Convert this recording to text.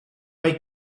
mae